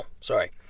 sorry